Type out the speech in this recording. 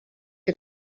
que